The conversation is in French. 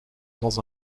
dans